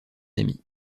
ami